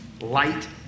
light